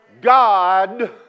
God